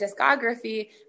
discography